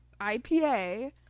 IPA